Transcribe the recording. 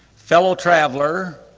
fellow-traveller,